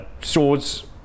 swords